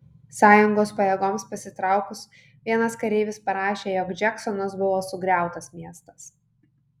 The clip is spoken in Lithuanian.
sąjungos pajėgoms pasitraukus vienas kareivis parašė jog džeksonas buvo sugriautas miestas